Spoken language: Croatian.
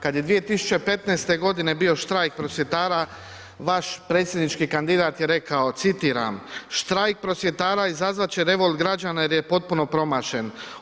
Kad je 2015. g. bio štrajk prosvjetara, vaš predsjednički kandidat je rekao, citiram, štrajk prosvjetara izazvat će revolt građana jer je potpuno promašen.